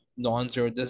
Non-zero